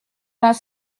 vingt